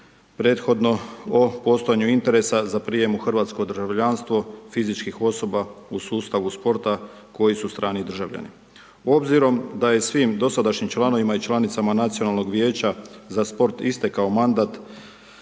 prethodno o postojanju interesa za prijem u hrvatsko državljanstvo fizičkih osoba u sustavu sporta koji su strani državljani. Obzirom da je svim dosadašnjim članovima i članicama Nacionalnog vijeća za sport istekao mandat,